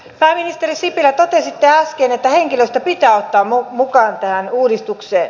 pääministeri sipilä totesitte äsken että henkilöstö pitää ottaa mukaan tähän uudistukseen